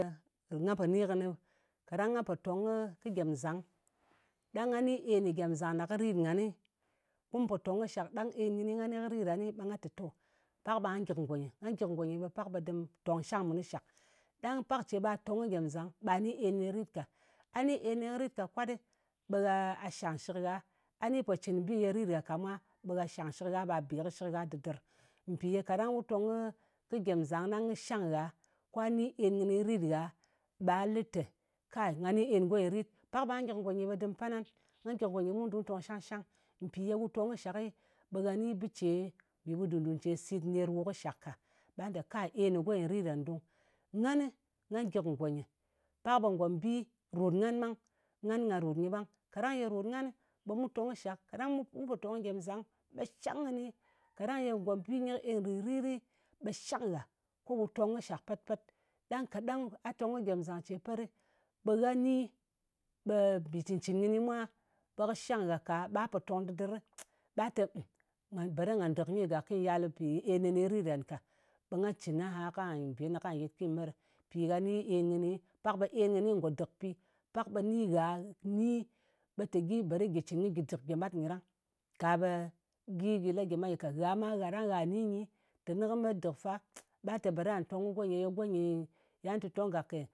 Ɓe nga po ni kɨnɨ. Kaɗang nga po tong kɨ gyem zang, ɗang nga ni en kɨ gyem zang ɗa kɨ rit ngan, kum po tong kɨ shak ɗang en kɨni nga ni kɨ rit ɗan, ɓe nga te to, pak ɓa gyik ngònyɨ. Nga gyik ngònyi pak ɓe dɨm tong shang mun kɨ shak. Ɗang pak ce ba tong kɨ gyem zang ɓa ni en kɨni rit ka. A ni en kɨni kɨ rit ka kwat, ɓe gha shàng shɨk gha. A ni po cɨn kɨ bi ye rit gha ka mwa, ɓe gha shangshɨk gha, ɓa be kɨ shɨk gha dɨdɨr. Mpi ye kaɗang wu tong kɨ gyem zang ɗang kɨ shang gha, kwa ni en kɨni rit gha, ɓa lɨ te, nga ni en kɨ go nyɨ rit. Pak ba gyik ngò nyi ɓe dɨm pan ngan. Nga gyik ngo nyi bu du tong shang-shang. Mpì ye mu tong kɨ shak, ɓe gha ni bɨ ce, mbi ɓut dùn-dùn ce sit ka ner wu kɨ shak ka. Ɓa lɨ te, en kɨ go nyɨ rit ɗan dung. Ɓa lɨ te, kai, en kɨ go nyɨ rit ɗan dung. Ngan nga gyɨk ngonyɨ. Pak ɓe ngòmbi rot ngan ɓang, ngan nga ròt nyɨ ɓang. Kaɗang ye rot ngan, ɓe mu tong kɨ shak, kaɗang mu tong kɨ gyemzang, ɓe shang kɨni. Kaɗang ngòmbi nyɨ kɨ en rìrit, ɓe shang gha, ko wù tong kɨ shak pet-pet. Ɗang kaɗang a tong kɨ gyem zang ce petɗɨ ɓe gha ni mbi cɨn-cɨn kɨni mwa, ɓe kɨ shang gha ka ɓa po tong dɨdɨr, ɓa te, ng! Beri nga dɨk nyɨ gak kɨ yalɨ, mpì en kɨni rit ngan ka. Ɓe nga cɨn aha, ko nga be kɨnɨ a yɨt ko nyɨ met ɗɨ. Mpi gha ni en kɨnɨ. Pak ɓe en kɨni nyi ngò dɨk pi, pak ɓe ni gha ni ɓe te, gyi, beri gyi cɨn ko gyɨ dɨk gyemat nyɨ ɗang, ka ɓe gyi, gyi la gyemat nyɨ ka. Gha ma kaɗang gha ni nyi, teni kɨ met dɨk fa, ɓa te bera tong kɨ go nyɨ, ye go nyɨ ya tutung gak ke.